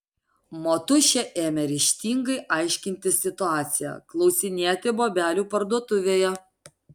motušė ėmė ryžtingai aiškintis situaciją klausinėti bobelių parduotuvėje